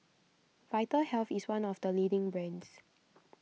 Vitahealth is one of the leading brands